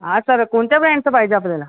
आं sir कोणत्या ब्रँडचं पाहिजे आपल्याला